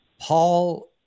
Paul